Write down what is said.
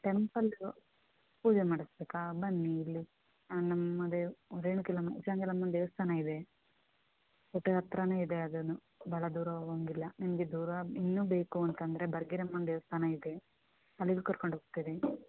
ಟೆಂಪಲ್ದು ಪೂಜೆ ಮಾಡಸಬೇಕಾ ಬನ್ನಿ ಇಲ್ಲಿ ನಮ್ಮದೆ ರೇಣುಕ ಎಲ್ಲಮ್ಮ ದೇವಸ್ಥಾನ ಇದೆ ಕೋಟೆ ಹತ್ರನೇ ಇದೆ ಅದನ್ನು ಭಾಳ ದೂರ ಹೋಗೊಂಗಿಲ್ಲ ನಿಮಗೆ ದೂರ ಇನ್ನೂ ಬೇಕು ಅಂತಂದರೆ ಬರ್ಗೇರಮ್ಮನ ದೇವಸ್ಥಾನ ಇದೆ ಅಲ್ಲಿಗು ಕರ್ಕೊಂಡು ಹೋಗ್ತಿವಿ